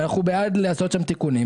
אנחנו בעד לעשות שם תיקונים,